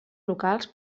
locals